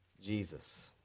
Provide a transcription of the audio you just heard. Jesus